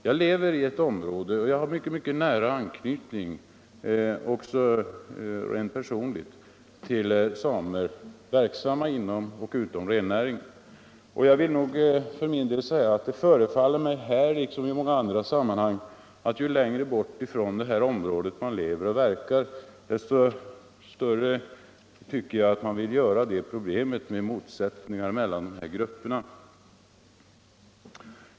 Jag lever i ett område där jag har mycket nära anknytning, också rent personligt, till samer, verksamma inom och utom rennäringen. Det förefaller mig här vara så, liksom i många andra sammanhang, att ju längre bort från detta område man lever och verkar, desto större vill man göra problemen med motsättningar mellan dessa grupper.